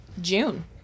June